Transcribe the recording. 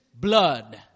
blood